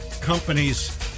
companies